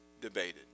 debated